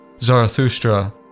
Zarathustra